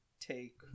take